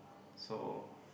so